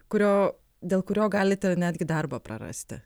kurio dėl kurio galite netgi darbą prarasti